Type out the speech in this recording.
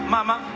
Mama